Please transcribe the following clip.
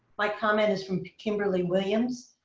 my comment is from kimberly williams.